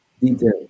Detail